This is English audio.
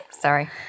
Sorry